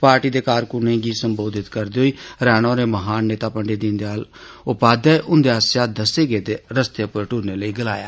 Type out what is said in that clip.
party दे कारकूनें गी सम्बोधित करदे होई रैणा होरें महान नेता पंडित दीनदयान उपाध्याय हुन्दे आस्सेआ दस्से गेदे दस्ते उप्पर टूरने लेई गलाया